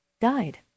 died